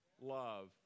love